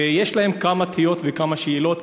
ויש להם כמה תהיות וכמה שאלות כאזרחים: